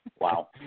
Wow